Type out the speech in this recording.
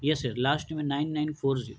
یس yes lot میں nine nine four zero